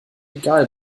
egal